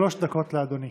שלוש דקות לאדוני.